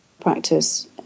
practice